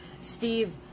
Steve